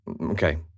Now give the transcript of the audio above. Okay